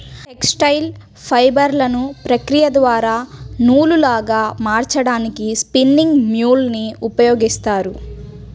textile ఫైబర్లను ప్రక్రియ ద్వారా నూలులాగా మార్చడానికి స్పిన్నింగ్ మ్యూల్ ని ఉపయోగిస్తారు